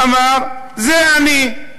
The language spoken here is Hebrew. אמר: זה אני,